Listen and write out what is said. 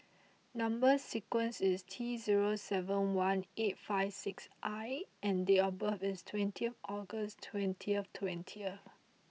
number sequence is T zero seven one eight five six I and date of birth is twenty August twenty twenty